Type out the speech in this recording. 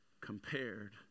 compared